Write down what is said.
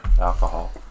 alcohol